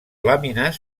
làmines